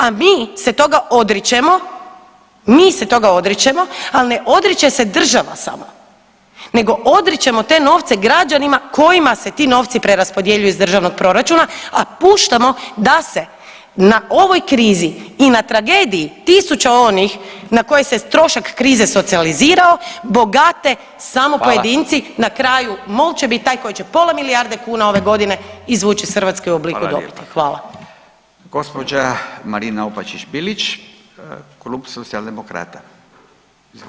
A mi se toga odričemo, mi se toga odričemo, ali ne odriče se država sama nego odričemo te novce građanima kojima se ti novci preraspodjeljuju iz državnog proračuna, a puštamo da se na ovoj krizi i na tragediji tisuća onih na koje se trošak krize socijalizirao bogate samo pojedinci [[Upadica Radin: Hvala.]] na kraju će MOL će biti taj koji će pola milijarde kuna ove godine izvuć iz Hrvatske u obliku dobiti.